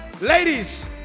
ladies